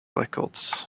records